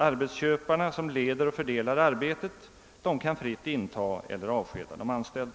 Arbetsköparna leder och fördelar arbetet och kan fritt antaga eller avskeda personal.